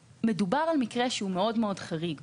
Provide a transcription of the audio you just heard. מדובר על מקרה שהוא מאוד מאוד חריג,